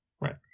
Right